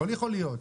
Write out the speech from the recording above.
זה לא יכול להיות.